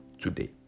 today